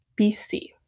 BC